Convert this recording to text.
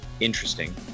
interesting